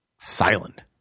silent